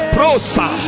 Prosa